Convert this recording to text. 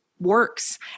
works